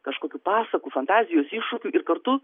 kažkokių pasakų fantazijos iššūkių ir kartu